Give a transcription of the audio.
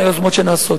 ליוזמות שנעשות.